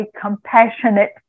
compassionate